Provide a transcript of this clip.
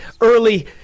early